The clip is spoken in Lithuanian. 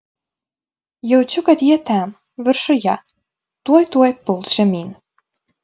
jaučiu kad jie ten viršuje tuoj tuoj puls žemyn